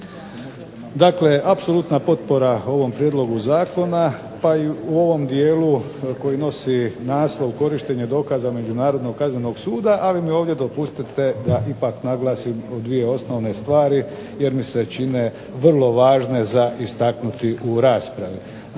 Dakle apsolutna potpora ovom prijedlogu zakona, pa i u ovom dijelu koji nosi naslov korištenje dokaza međunarodnog kaznenog suda, ali mi ovdje dopustite da ipak naglasim dvije osnovne stvari, jer mi se čine vrlo važne za istaknuti u raspravi.